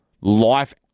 life